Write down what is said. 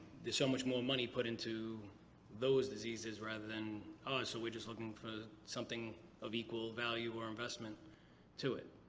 there's so much more money put into those diseases rather than so we're just looking for something of equal value or investment to it.